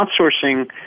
Outsourcing